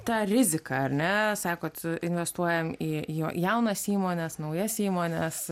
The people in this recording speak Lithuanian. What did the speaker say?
ta rizika ar ne sakot investuojam į jo jaunas įmones naujas įmones